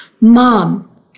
Mom